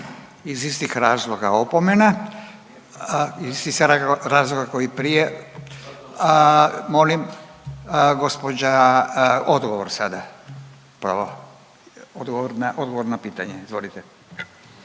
Iz istih razloga opomena iz istih razloga ko i prije. molim. Gospođa odgovor sada, odgovor na pitanje, na repliku.